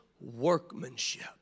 workmanship